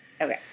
Okay